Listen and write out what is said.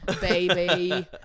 baby